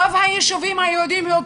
רוב היישובים היהודיים,